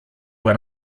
when